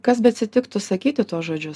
kas beatsitiktų sakyti tuos žodžius